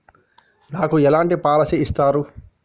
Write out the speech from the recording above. నాకు ఎలాంటి పాలసీ ఇస్తారు?